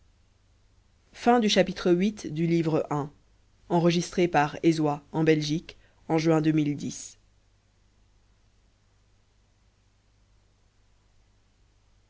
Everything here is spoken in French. chapitre viii foi